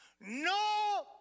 No